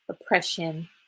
oppression